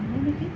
হ'লেই নেকি